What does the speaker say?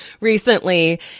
recently